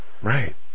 Right